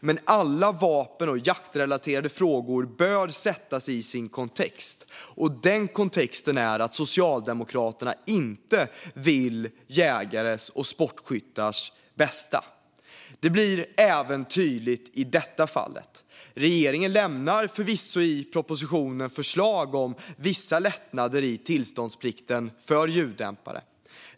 Men alla vapen och jaktrelaterade frågor bör sättas i sin kontext, och den kontexten är att Socialdemokraterna inte vill jägares och sportskyttars bästa. Det blir även tydligt i detta fall. Regeringen lämnar förvisso i propositionen förslag om vissa lättnader i tillståndsplikten för ljuddämpare.